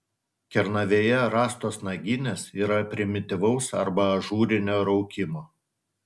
kernavėje rastos naginės yra primityvaus arba ažūrinio raukimo